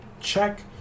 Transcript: check